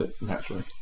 Naturally